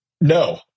No